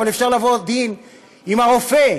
אבל אפשר לבוא דין עם הרופא,